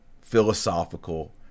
philosophical